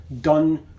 done